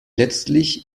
letztlich